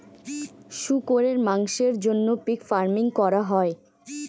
শুকরের মাংসের জন্য পিগ ফার্মিং করা হয়